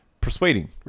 persuading